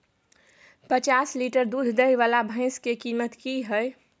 प जॉंच लीटर दूध दैय वाला भैंस के कीमत की हय?